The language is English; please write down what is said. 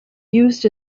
used